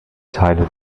teile